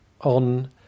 on